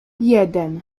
jeden